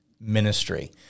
ministry